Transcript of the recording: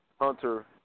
Hunter